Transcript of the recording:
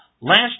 Last